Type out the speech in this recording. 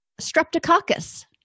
Streptococcus